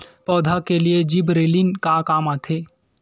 पौधा के लिए जिबरेलीन का काम आथे?